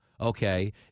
okay